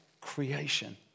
creation